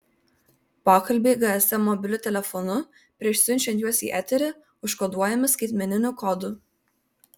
pokalbiai gsm mobiliu telefonu prieš siunčiant juos į eterį užkoduojami skaitmeniniu kodu